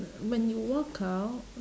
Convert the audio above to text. when you walk out